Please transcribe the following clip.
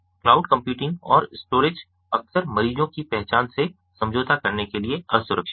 cloud computing और storage अक्सर मरीजों की पहचान से समझौता करने के लिए असुरक्षित है